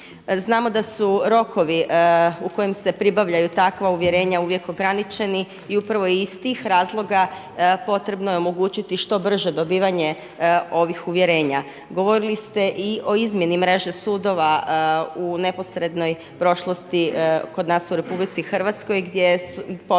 Znamo da su rokovi u kojim se pribavljaju takva uvjerenja uvijek ograničeni i upravo iz tih razloga potrebno je omogućiti što brže dobivanje ovih uvjerenja. Govorili ste i o izmjeni mreže sudova u neposrednoj prošlosti kod nas u Republici Hrvatskoj gdje poznato